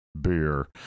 beer